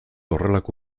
horrelako